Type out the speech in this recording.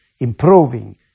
improving